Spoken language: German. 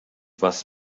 was